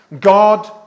God